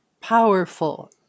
powerful